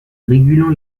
régulant